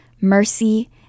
mercy